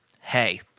Hey